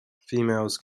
females